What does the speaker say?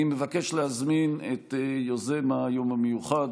אני מבקש להזמין את יוזם היום המיוחד,